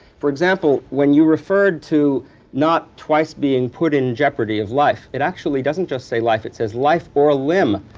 for example, when you referred to not twice being put in jeopardy of life, it actually doesn't just say life. it says, life or limb.